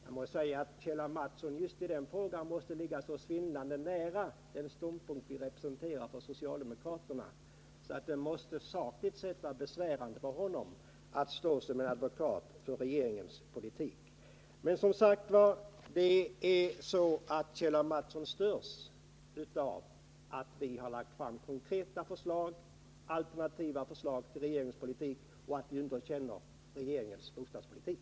Jag må säga att Kjell A. Mattssons uppfattning just i den frågan torde ligga så svindlande nära den ståndpunkt vi socialdemokrater representerar, att det sakligt sätt måste vara besvärande för honom att uppträda som advokat för regeringens politik. Det är som sagt så, att Kjell A. Mattsson störs av att vi har lagt fram konkreta förslag om alternativ till regeringens politik och av att vi underkänner regeringens bostadspolitik.